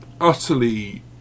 utterly